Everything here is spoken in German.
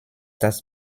das